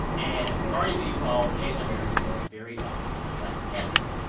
and it's already being called asian-americans' very own black panther.